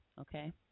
okay